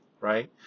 right